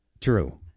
True